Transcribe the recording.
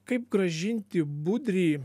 kaip grąžinti budrį